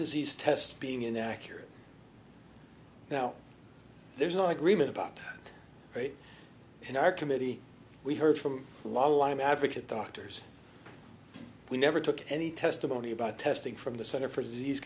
disease test being inaccurate now there's no agreement about it in our committee we heard from lyme advocate doctors we never took any testimony about testing from the center for disease